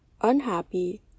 unhappy